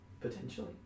potentially